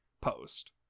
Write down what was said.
post